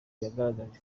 yagaragaje